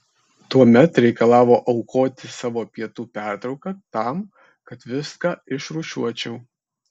tuomet reikdavo aukoti savo pietų pertrauką tam kad viską išrūšiuočiau